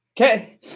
Okay